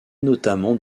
notamment